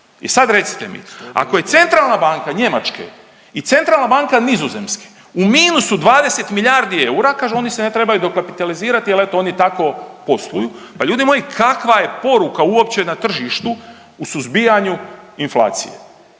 I sad recite mi ako je centralna banka Njemačke i centralna banka Nizozemske u minusu 20 miljardi eura, kažu oni se ne trebaju dokapitalizirati jel eto oni tako posluju. Pa ljudi moji kakva je poruka uopće na tržištu u suzbijanju inflacije?